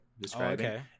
describing